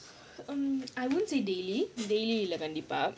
um I won't say daily daily இல்ல கண்டிப்பா:illa kandippaa